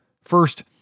First